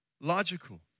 logical